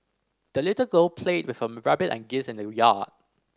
the little girl played with her rabbit and geese in the yard